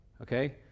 Okay